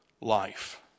life